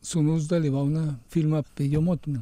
sūnus dalyvauna filme apie jo motiną